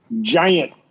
giant